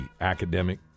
academic